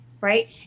Right